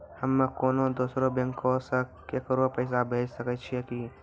हम्मे कोनो दोसरो बैंको से केकरो पैसा भेजै सकै छियै कि?